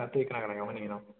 ꯅꯪ ꯑꯇꯩ ꯀꯅꯥ ꯀꯅꯥ ꯌꯥꯎꯍꯟꯅꯤꯡꯉꯤꯅꯣ